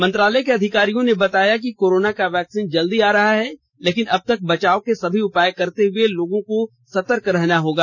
मंत्रालय के अधिकारियों ने बताया कि कोरोना का वैक्सीन जल्द आ रहा है लेकिन तब तक बचाव के सभी उपाय करते हुए लोगों को सतर्क रहना होगा